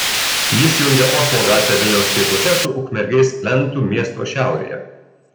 jis jungia oslo gatvę vilniaus pietuose su ukmergės plentu miesto šiaurėje